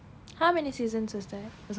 how many seasons is there